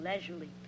leisurely